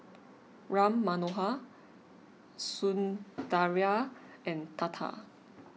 Ram Manohar Sundaraiah and Tata